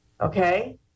Okay